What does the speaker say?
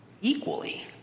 equally